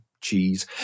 cheese